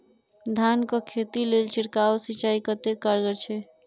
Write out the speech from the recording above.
धान कऽ खेती लेल छिड़काव सिंचाई कतेक कारगर छै?